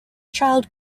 child